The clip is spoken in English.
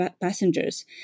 passengers